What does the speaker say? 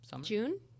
June